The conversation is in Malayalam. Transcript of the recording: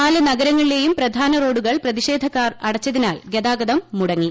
നാല് നഗരങ്ങളിലേയും പ്രധാന റോഡുകൾ പ്രതിഷേധക്കാർ അടച്ചതിനാൽ ഗതാഗതം മുടങ്ങി